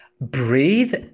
breathe